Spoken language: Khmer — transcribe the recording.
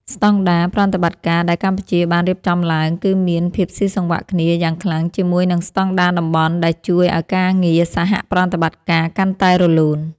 ស្តង់ដារប្រតិបត្តិការដែលកម្ពុជាបានរៀបចំឡើង គឺមានភាពស៊ីសង្វាក់គ្នាយ៉ាងខ្លាំងជាមួយនឹងស្តង់ដារតំបន់ ដែលជួយឱ្យការងារសហប្រតិបត្តិការកាន់តែរលូន។